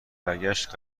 برگشت